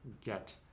get